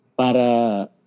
Para